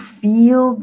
feel